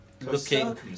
looking